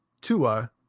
Tua